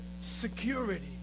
security